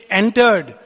entered